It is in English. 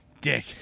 dick